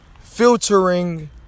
Filtering